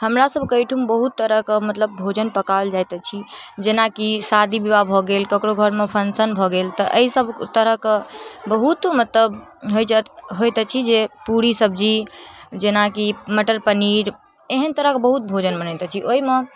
हमरा सबके अइठम बहुत तरहके मतलब भोजन पकाओल जाइत अछि जेनाकि शादी विवाह भऽ गेल ककरो घरमे फंक्शन भऽ गेल तऽ अइ सब तरहकके बहुत मतलब होइ जाइत होइत अछि जे पूड़ी सब्जी जेनाकि मटर पनीर एहन तरहके बहुत भोजन बनैत अछि ओइमे